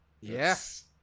yes